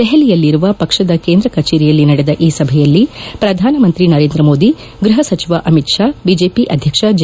ದೆಹಲಿಯಲ್ಲಿರುವ ಪಕ್ಷದ ಕೇಂದ್ರ ಕಚೇರಿಯಲ್ಲಿ ನಡೆದ ಈ ಸಭೆಯಲ್ಲಿ ಪ್ರಧಾನ ಮಂತ್ರಿ ನರೇಂದ್ರ ಮೋದಿ ಗೃಹ ಸಚಿವ ಅಮಿತ್ ಶಾ ಬಿಜೆಪಿ ಅಧ್ಯಕ್ಷ ಜೆ